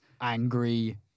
angry